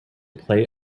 play